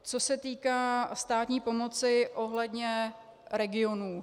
Co se týká státní pomoci ohledně regionů.